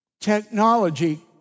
Technology